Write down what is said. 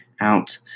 out